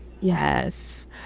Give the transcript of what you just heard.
Yes